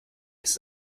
ich